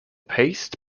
paste